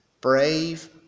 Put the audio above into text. brave